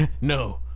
no